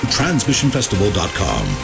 transmissionfestival.com